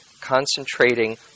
concentrating